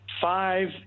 five